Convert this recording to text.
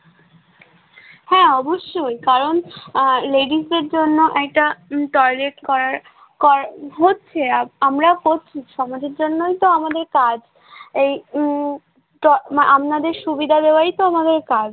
হ্যাঁ অবশ্যই কারণ লেডিসদের জন্য একটা টয়লেট করার কর হচ্ছে আমরা করছি সমাজের জন্যই তো আপনাদের কাজ এই তমা আপনাদের সুবিধা দেওয়াই তো আমাদের কাজ